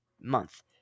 month